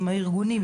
עם הארגונים,